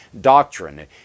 doctrine